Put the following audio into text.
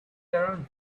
around